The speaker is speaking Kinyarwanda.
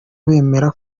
bemera